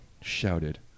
shouted